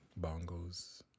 bongos